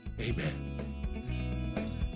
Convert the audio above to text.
Amen